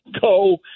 go